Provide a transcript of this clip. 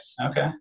Okay